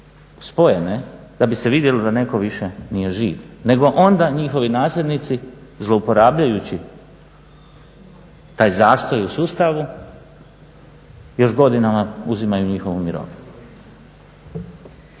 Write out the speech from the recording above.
spojene da bi se vidjelo da netko više nije živ. Nego onda njihovi nasljednici zlouporabljujući taj zastoj u sustavu još godinama uzimaju njihovu mirovinu.